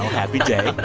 happy day but